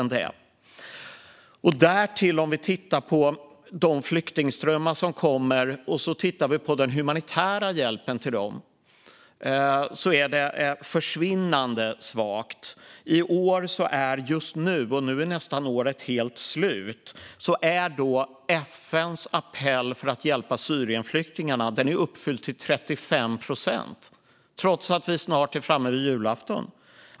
Om vi därtill tittar på de flyktingströmmar som kommer och den humanitära hjälpen till dem ser vi att hjälpen är försvinnande svag. Året är nästan slut, men FN:s appell för att hjälpa Syrienflyktingarna är bara uppfylld till 35 procent - trots att vi snart är framme vid julafton.